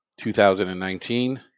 2019